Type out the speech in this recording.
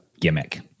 gimmick